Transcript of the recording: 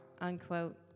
unquote